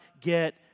get